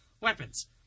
weapons